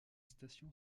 station